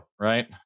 Right